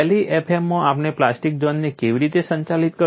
LEFM માં આપણે plastic ઝોનને કેવી રીતે સંચાલિત કર્યું